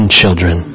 children